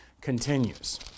continues